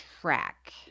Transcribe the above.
track